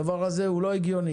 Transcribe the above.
הדבר הזה הוא לא הגיוני.